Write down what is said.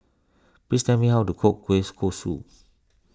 please tell me how to cook Kueh Kosui